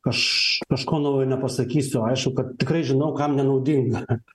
aš kažko naujo nepasakysiu aišku kad tikrai žinau kam nenaudinga